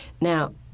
Now